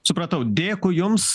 supratau dėkui jums